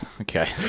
Okay